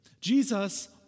Jesus